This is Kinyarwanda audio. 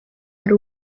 hari